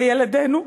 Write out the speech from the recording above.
לילדינו,